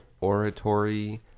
oratory